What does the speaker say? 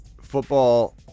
Football